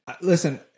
listen